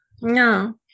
No